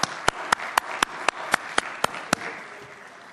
(מחיאות כפיים)